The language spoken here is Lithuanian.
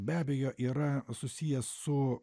be abejo yra susijęs su